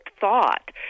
thought